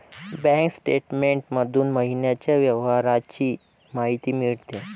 bank statement मधून महिन्याच्या व्यवहारांची माहिती मिळते